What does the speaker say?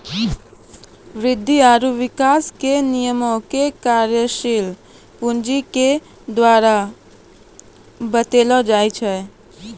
वृद्धि आरु विकास के नियमो के कार्यशील पूंजी के द्वारा बतैलो जाय छै